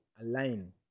align